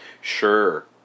Sure